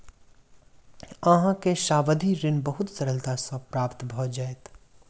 अहाँ के सावधि ऋण बहुत सरलता सॅ प्राप्त भ जाइत